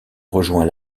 rejoint